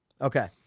okay